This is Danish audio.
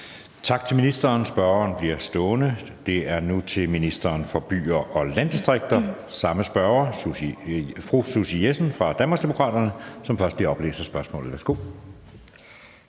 Tak til ministeren. Spørgeren bliver stående. Spørgsmålet er nu til ministeren for byer og landdistrikter af samme spørger, fru Susie Jessen fra Danmarksdemokraterne. Kl. 16:21 Spm.